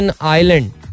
Island